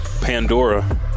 Pandora